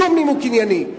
שום נימוק ענייני,